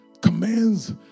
commands